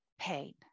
pain